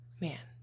man